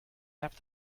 have